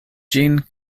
ĝin